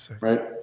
right